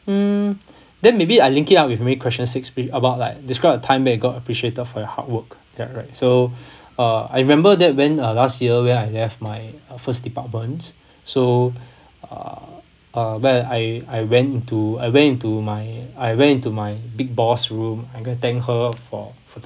hmm then maybe I link it up with maybe question six quick about like describe a time that you got appreciated for your hard work ya right so uh I remember that when uh last year when I left my first department so uh uh where I I went into I went into my I went into my big boss' room I go and thank her for her